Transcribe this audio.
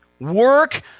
Work